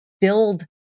build